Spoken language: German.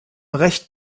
recht